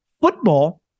football